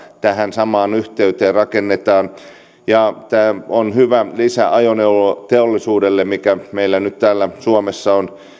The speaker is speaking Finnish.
tähän samaan yhteyteen rakennetaan liikenneturvallisuus ja testausrata tämä on hyvä lisä ajoneuvoteollisuudelle mikä meillä nyt täällä suomessa on